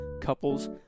couples